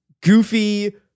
goofy